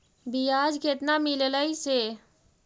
बियाज केतना मिललय से?